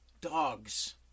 dogs